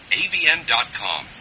avn.com